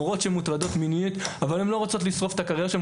מורות שמטרידות מינית ולא רוצות לשרוף את הקריירה שלהן,